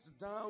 down